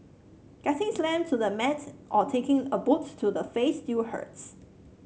getting slammed to the mat or taking a boot to the face still hurts